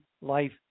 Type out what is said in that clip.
life